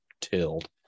tilled